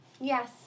Yes